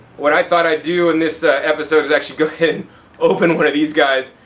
what i thought i'd do in this episode is actually go ahead and open one of these guys.